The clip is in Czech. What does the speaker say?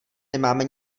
nemáme